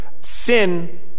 Sin